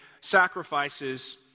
sacrifices